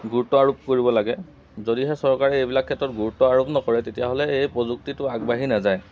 গুৰুত্ব আৰোপ কৰিব লাগে যদিহে চৰকাৰে এইবিলাক ক্ষেত্ৰত গুৰুত্ব আৰোপ নকৰে তেতিয়াহ'লে এই প্ৰযুক্তিটো আগবাঢ়ি নাযায়